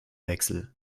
wechsel